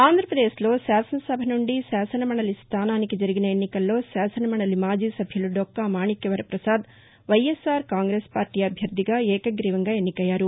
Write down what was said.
ఆంధ్రాపదేశ్ లో శాసనసభ నుండి శాసనమండలి స్థానానికి జరిగిన ఎన్నికల్లో శాసనమండలి మాజీ సభ్యులు డొక్కా మాణిక్యవర్చపసాద్ వైయస్సార్ కాంగ్రెస్ పార్టీ అభ్యర్ణిగా ఏకగ్రీవంగా ఎన్నికయ్యారు